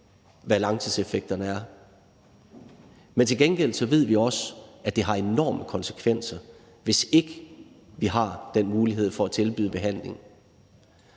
hvad langtidseffekterne er. Men til gengæld ved vi også, at det har enorme konsekvenser, hvis ikke vi har den mulighed for at tilbyde behandling.